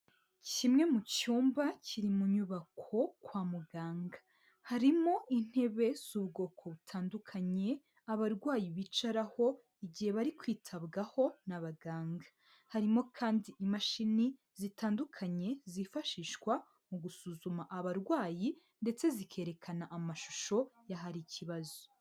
Kimwe mu cyumba kiri mu nyubako kwa muganga. Harimo intebe z'ubwoko butandukanye ,abarwayi bicaraho igihe bari kwitabwaho n'abaganga. Harimo kandi imashini zitandukanye, zifashishwa mu gusuzuma abarwayi ,ndetse zikerekana amashusho y'ahari ikibazo.